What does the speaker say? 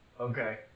Okay